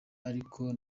ariko